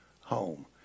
home